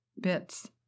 bits